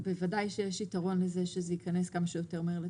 בוודאי שיש יתרון שזה ייכנס כמה שיותר מהר לתוקף,